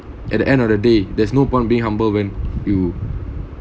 at the end of the day there's no point being humble when you